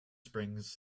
springs